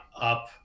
up